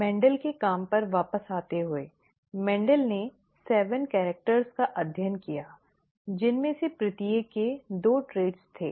Mendel के काम पर वापस आते हुए मेंडल ने सात कैरिक्टर का अध्ययन किया जिनमें से प्रत्येक में दो ट्रेट थे